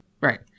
Right